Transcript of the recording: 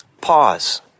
pause